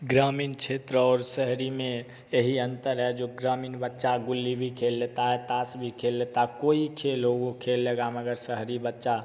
ग्रामीण क्षेत्र और शहरी में यही अंतर है जो ग्रामीण बच्चा गुल्ली भी खेल लेता है ताश भी खेल लेता है कोई खेल हो वो खेल लेगा मगर शहरी बच्चा